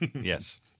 Yes